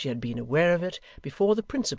she had been aware of it before the principals.